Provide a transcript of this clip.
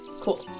cool